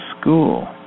school